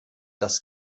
das